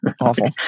Awful